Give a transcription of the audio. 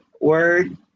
word